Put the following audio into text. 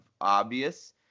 obvious